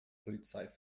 polizei